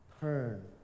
turn